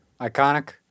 iconic